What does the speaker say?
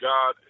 God